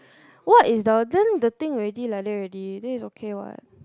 what is the then the thing is already like that already then is okay what